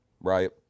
right